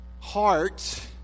heart